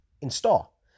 install